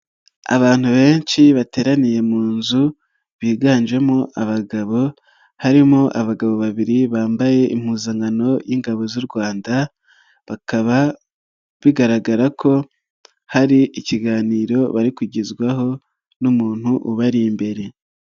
Abantu benshi bateraniye mu nzu biganjemo abagabo harimo abagabo babiri bambaye impuzankano y'ingabo z'u Rwanda bakaba bigaragara ko hari ikiganiro bari kugezwaho n'umuntu ubari imbere.